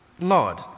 Lord